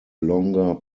longer